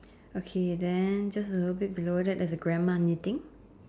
okay then just a little bit below that is a grandma knitting